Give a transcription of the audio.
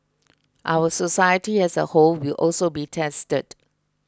our society as a whole will also be tested